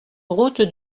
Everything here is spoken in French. route